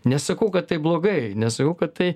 nesakau kad tai blogai nesakau kad tai